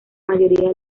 mayoría